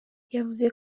yavuze